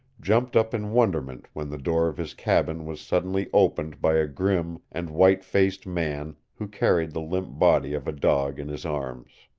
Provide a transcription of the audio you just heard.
jumped up in wonderment when the door of his cabin was suddenly opened by a grim and white-faced man who carried the limp body of a dog in his arms.